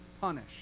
punish